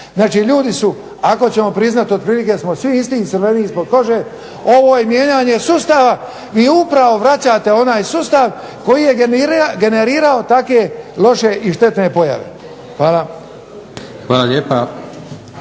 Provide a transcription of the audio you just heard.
Znači, ljudi su ako ćemo priznati otprilike smo svi isti i crveni ispod kože. Ovo je mijenjanje sustava. Vi upravo vraćate onaj sustav koji je generirao take loše i štetne pojave. Hvala. **Leko,